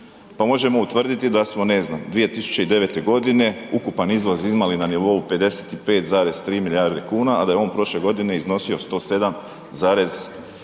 Pa možemo utvrditi da smo ne znam 2009. godine ukupan izvoz imali na nivou 55,3 milijarde kuna a da je on prošle godine iznosio 107,7 milijardi